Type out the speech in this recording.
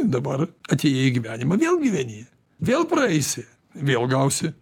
dabar atėjai į gyvenimą vėl gyveni vėl praeisi vėl gausi